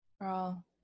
Girl